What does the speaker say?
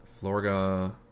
Florga